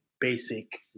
basic